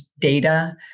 data